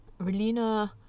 Relina